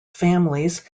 families